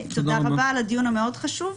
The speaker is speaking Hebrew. תודה רבה על הדיון המאוד חשוב,